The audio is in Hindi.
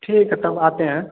ठीक है तब आते हैं